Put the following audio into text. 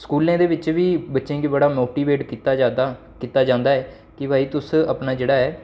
स्कूलें दे बिच्च बी बच्चें गी बड़ा मोटिवेट कीता जंदा ऐ कीता जंदा ऐ कि भाई तुस अपना जेह्ड़ा ऐ